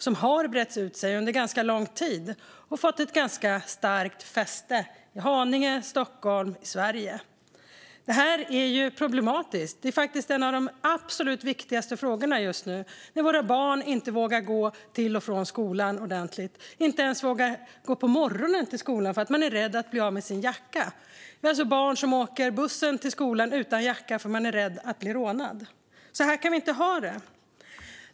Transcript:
Den har brett ut sig under ganska lång tid och fått ett ganska starkt fäste i Haninge, i Stockholm, i Sverige. Det här är problematiskt. Det är faktiskt en av de absolut viktigaste frågorna just nu, när våra barn inte vågar gå till och från skolan. Man vågar inte gå till skolan på morgonen för att man är rädd att bli av med sin jacka. Det är alltså barn som åker buss till skolan utan jacka för att de är rädda att bli rånade. Så här kan vi inte ha det.